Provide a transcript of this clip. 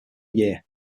year